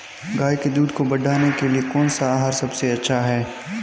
गाय के दूध को बढ़ाने के लिए कौनसा आहार सबसे अच्छा है?